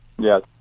Yes